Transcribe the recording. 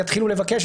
יתחילו לבקש,